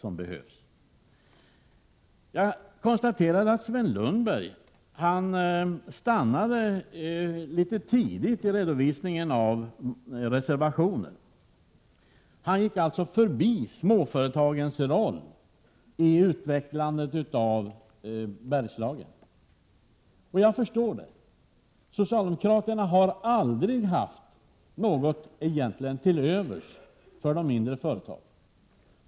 Jag konstaterade att Sven Lundberg stannade litet tidigt i redovisningen av reservationer. Han gick alltså förbi småföretagens roll i utvecklandet av Bergslagen. Jag förstår det; socialdemokraterna har egentligen aldrig haft något till övers för de mindre företagen.